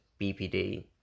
BPD